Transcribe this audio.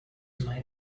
may